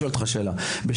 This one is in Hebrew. שאלה,